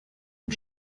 mit